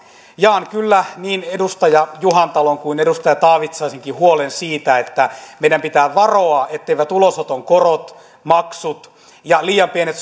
jaan kyllä niin edustaja juhantalon kuin edustaja taavitsaisenkin huolen siitä että meidän pitää varoa etteivät ulosoton korot maksut ja liian pienet